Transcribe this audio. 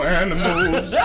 animals